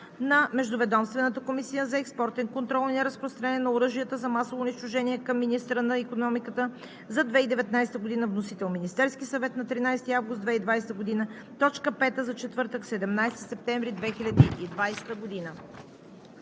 на Междуведомствената комисия за експортен контрол и неразпространение на оръжията за масово унищожение към министъра на икономиката за 2019 г. Вносител – Министерският съвет, 13 август 2020 г. – точка пета за четвъртък, 17 септември 2020 г.